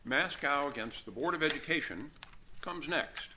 mask out against the board of education comes next